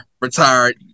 retired